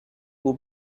will